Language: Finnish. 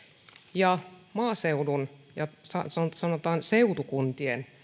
ja maaseudun ja sanotaan seutukuntien